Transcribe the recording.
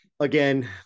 Again